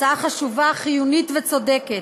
הצעה חשובה, חיונית וצודקת.